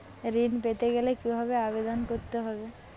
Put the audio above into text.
ঋণ পেতে গেলে কিভাবে আবেদন করতে হবে?